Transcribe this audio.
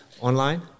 online